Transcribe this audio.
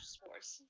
sports